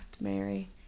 Mary